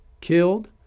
killed